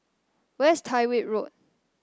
where is Tyrwhitt Road